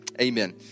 amen